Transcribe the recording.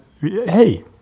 Hey